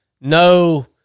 No